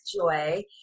joy